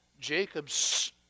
Jacob's